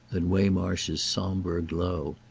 than waymarsh's sombre glow.